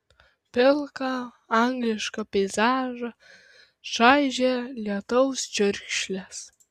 pilką anglišką peizažą čaižė lietaus čiurkšlės